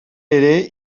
ere